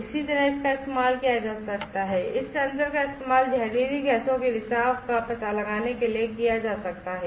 इसी तरह इसका इस्तेमाल किया जा सकता है इस सेंसर का इस्तेमाल जहरीली गैसों के रिसाव का पता लगाने के लिए किया जा सकता है